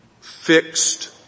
fixed